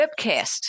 webcast